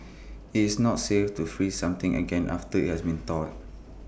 IT is not safe to freeze something again after IT has been thawed